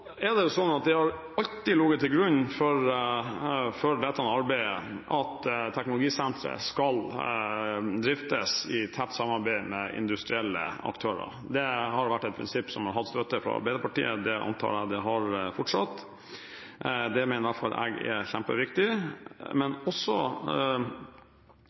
Det har alltid ligget til grunn for dette arbeidet at Teknologisenteret skal driftes i tett samarbeid med industrielle aktører. Det har vært et prinsipp som har hatt støtte fra Arbeiderpartiet – det antar jeg det har fortsatt. Det mener i hvert fall jeg er kjempeviktig, men også